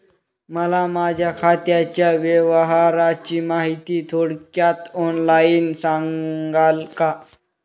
मला माझ्या खात्याच्या व्यवहाराची माहिती थोडक्यात ऑनलाईन सांगाल का?